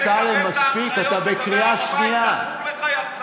אני אגיע גם למנסור עבאס,